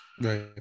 right